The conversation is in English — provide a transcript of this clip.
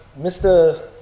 Mr